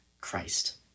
Christ